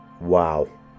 Wow